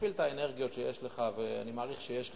תפעיל את האנרגיות שיש לך, ואני מעריך שיש לך,